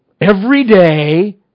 everyday